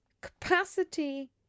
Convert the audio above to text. capacity